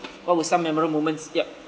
what were some memorable moments yup